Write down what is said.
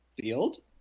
field